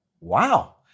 wow